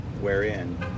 wherein